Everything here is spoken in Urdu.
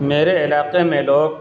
میرے علاقے میں لوگ